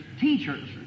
teachers